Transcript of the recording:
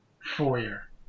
foyer